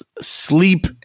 sleep